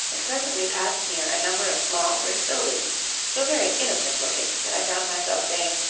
and presently passed near a number of small brick buildings so very innocent-looking that i found myself saying,